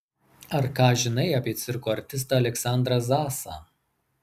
ar ką žinai apie cirko artistą aleksandrą zasą